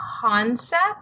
concept